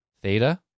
Theta